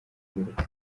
kwiruka